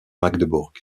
magdebourg